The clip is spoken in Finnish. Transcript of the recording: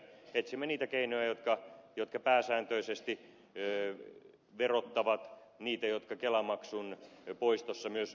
etsimme niitä keinoja jotka pääsääntöisesti verottavat niitä jotka kelamaksun poistossa myös hyötyvät